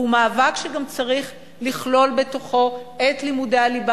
כי הוא מאבק שגם צריך לכלול בתוכו את לימודי הליבה